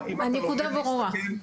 הנקודה ברורה.